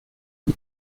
die